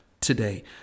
today